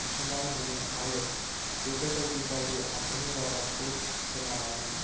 गिनाय मोनो आरो बेफोरबायदि गाज्रि आखुनि रादाबखौ खोनानानै